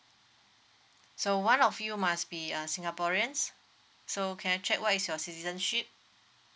so one of you must be uh singaporeans so can I check what is your citizenship